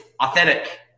authentic